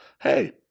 hey